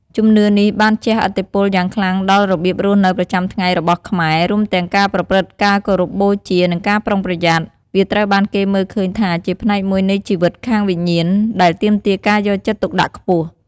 ជំនឿនេះបានជះឥទ្ធិពលយ៉ាងខ្លាំងដល់របៀបរស់នៅប្រចាំថ្ងៃរបស់ខ្មែរ រួមទាំងការប្រព្រឹត្ត ការគោរពបូជា និងការប្រុងប្រយ័ត្ន។ វាត្រូវបានគេមើលឃើញថាជាផ្នែកមួយនៃជីវិតខាងវិញ្ញាណ ដែលទាមទារការយកចិត្តទុកដាក់ខ្ពស់។